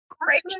Great